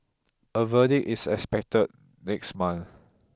a verdict is expected next month